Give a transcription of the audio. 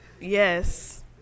Yes